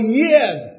years